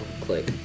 click